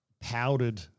powdered